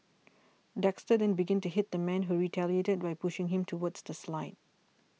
Dexter then began to hit the man who retaliated by pushing him towards the slide